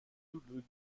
double